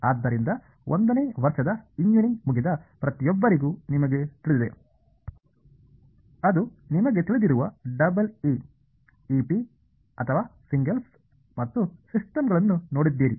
ಆದ್ದರಿಂದ 1 ನೇ ವರ್ಷದ ಎಂಜಿನಿಯರಿಂಗ್ ಮುಗಿದ ಪ್ರತಿಯೊಬ್ಬರಿಗೂ ನಿಮಗೆ ತಿಳಿದಿದೆ ಅದು ನಿಮಗೆ ತಿಳಿದಿರುವ ಡಬಲ್ ಇ ಇಪಿ ಅಥವಾ ಸಿಂಗಲ್ಸ್ ಮತ್ತು ಸಿಸ್ಟಮ್ಗಳನ್ನು ನೋಡಿದ್ದೀರಿ